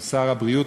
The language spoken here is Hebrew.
הוא שר הבריאות,